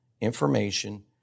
information